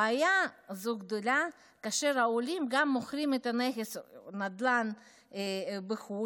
הבעיה הזו גדולה כאשר העולים גם מוכרים נכס נדל"ן בחו"ל,